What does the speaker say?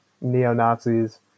neo-Nazis